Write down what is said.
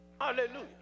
Hallelujah